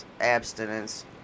abstinence